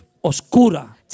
oscura